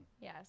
yes